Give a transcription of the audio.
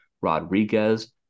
Rodriguez